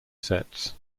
sets